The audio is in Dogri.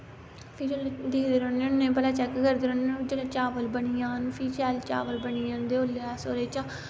फ्ही दिखदे रौह्ने होन्न्ने भला चैक्क करदे रौहाने होन्ने जेल्लै चावल बनी जान फ्ही शैल चावल बनी जंदे अस ओह्दे चा